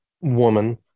woman